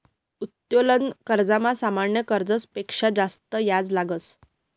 उत्तोलन कर्जमा सामान्य कर्जस पेक्शा जास्त याज लागस